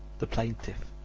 the plaintiff.